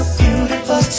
beautiful